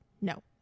No